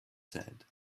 said